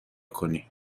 کنی